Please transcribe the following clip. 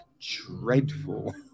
dreadful